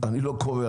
קורא.